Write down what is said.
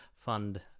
fund